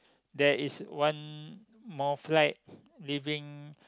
there is one more flight leaving